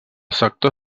sector